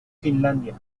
finlandia